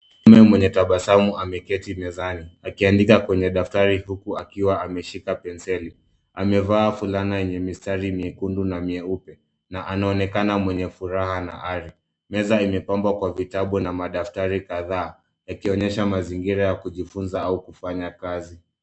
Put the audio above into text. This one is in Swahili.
Mwanaume mwenye tabasamu ameketi mezani akiandika kwenye daftari huku akiwa ameshika penseli. Amevaa vulana yenye mistari mekundu na mieupe na anaonekana mwenye furaha hali. Meza imepambwa kwa vitabu na madaftari na kadhaa yakionyesha mazingira kadhaa ya kujifunza au kufanya kazi.